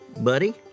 Buddy